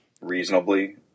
reasonably